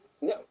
No